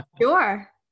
Sure